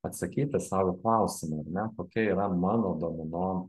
atsakyti sau į klausimą ar ne kokia yra mano domino